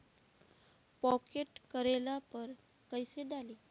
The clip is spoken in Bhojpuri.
पॉकेट करेला पर कैसे डाली?